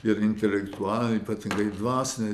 ir intelektualine ypatingai dvasine